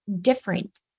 different